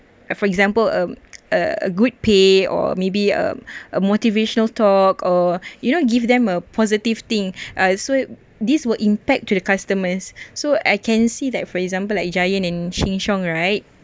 for example a a good pay or maybe a a motivational talk or you know give them a positive thing uh so this will impact to the customers so I can see that for example like giant and Sheng Siong right